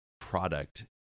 product